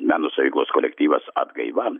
meno saviklos kolektyvas atgaiva